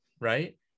right